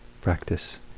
practice